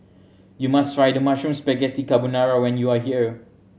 you must try the Mushroom Spaghetti Carbonara when you are here